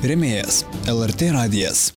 rėmėjas lrt radijas